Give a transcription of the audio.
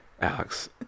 Alex